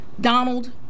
Donald